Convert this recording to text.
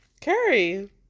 Carrie